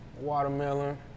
watermelon